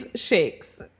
shakes